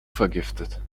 vergiftet